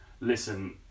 listen